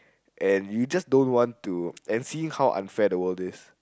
and you just don't want to and feeling how unfair the world is